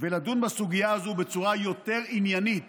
ולדון בסוגיה הזו בצורה יותר עניינית